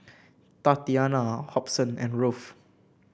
Tatiana Hobson and Ruth